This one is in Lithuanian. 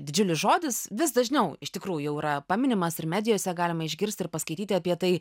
didžiulis žodis vis dažniau iš tikrųjų jau yra paminimas ir medijose galima išgirsti ir paskaityti apie tai